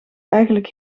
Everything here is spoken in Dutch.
eigenlijk